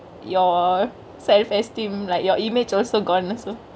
your self esteem like your image also gone also